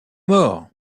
mort